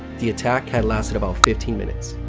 the attack had lasted about fifteen minutes.